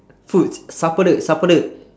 foods sapade sapade